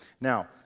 Now